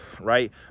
right